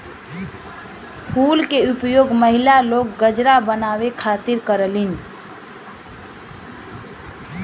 फूल के उपयोग महिला लोग गजरा बनावे खातिर करलीन